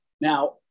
Now